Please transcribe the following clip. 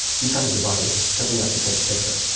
you've got a device that will let you take a picture.